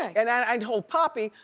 and then i told papi,